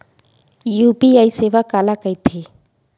UPI सेवा काला कइथे?